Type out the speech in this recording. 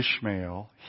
Ishmael